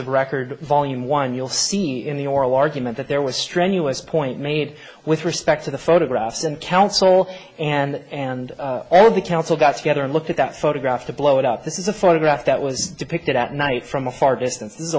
record volume one you'll see in the oral argument that there was strenuous point made with respect to the photographs and counsel and and all the counsel got together and looked at that photograph to blow it up this is a photograph that was depicted at night from a far distance